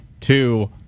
two